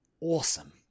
awesome